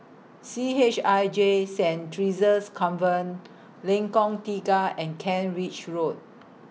C H I J Saint Theresa's Convent Lengkong Tiga and Kent Ridge Road